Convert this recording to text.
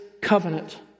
covenant